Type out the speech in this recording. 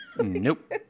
Nope